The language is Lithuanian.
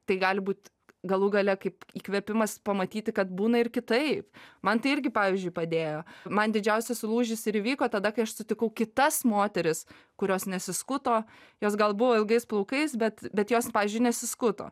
tai gali būt galų gale kaip įkvėpimas pamatyti kad būna ir kitaip man tai irgi pavyzdžiui padėjo man didžiausias lūžis ir įvyko tada kai aš sutikau kitas moteris kurios nesiskuto jos gal buvo ilgais plaukais bet bet jos pavyzdžiui nesiskuto